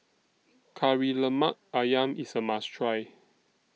Kari Lemak Ayam IS A must Try